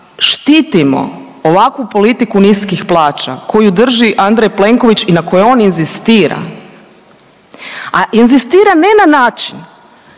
štitimo ovakvu politiku niskih plaća koju drži Andrej Plenković i na kojoj on inzistira, a inzistira ne na način